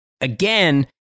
Again